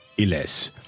Illes